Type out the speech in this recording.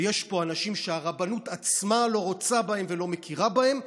ויש פה אנשים שהרבנות עצמה לא רוצה בהם ולא מכירה בהם.